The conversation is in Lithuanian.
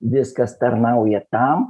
viskas tarnauja tam